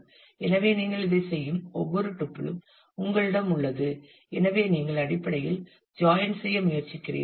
எனவே நீங்கள் இதைச் செய்யும் ஒவ்வொரு டூப்பிளும் உங்களிடம் உள்ளது எனவே நீங்கள் அடிப்படையில் ஜாயின் செய்ய முயற்சிக்கிறீர்கள்